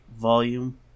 volume